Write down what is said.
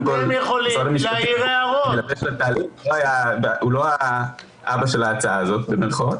משרד המשפטים הוא לא האבא של ההצעה הזו במירכאות.